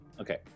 okay